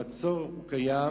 המצור קיים